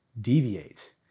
deviate